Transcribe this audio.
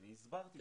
הסברתי.